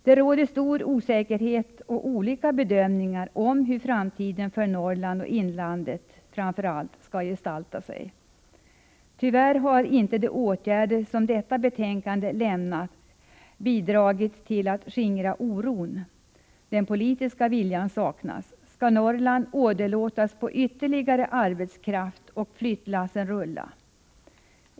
Det råder stor osäkerhet om och man har gjort olika bedömningar av hur framtiden för Norrland och framför allt inlandet skall gestalta sig. Tyvärr har inte de åtgärder som föreslås i detta betänkande bidragit till att skingra oron — den politiska viljan saknas. Skall Norrland åderlåtas på ytterligare arbetskraft och flyttlassen rulla?